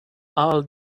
all